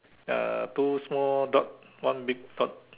uh two small dot one big dot